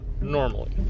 Normally